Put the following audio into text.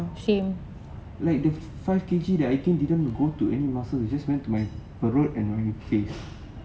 like the five K_G that I think didn't go to any muscle it just went to my perut and my face